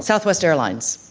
southwest airlines.